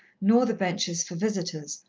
nor the benches for visitors,